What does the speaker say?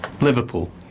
Liverpool